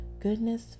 goodness